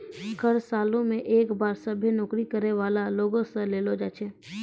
कर सालो मे एक बार सभ्भे नौकरी करै बाला लोगो से लेलो जाय छै